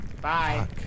Bye